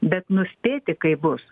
bet nuspėti kaip bus